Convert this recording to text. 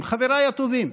עם חבריי הטובים,